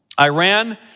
Iran